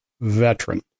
veteran